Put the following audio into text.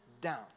down